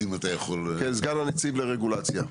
אני סגן הנציב לרגולציה.